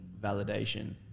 validation